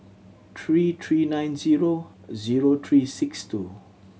three three nine zero zero three six two